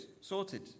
sorted